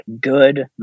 good